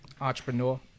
entrepreneur